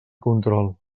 control